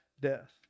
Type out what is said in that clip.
death